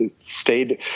stayed